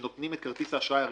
כשנותנים את כרטיס האשראי הראשון,